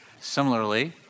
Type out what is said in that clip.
Similarly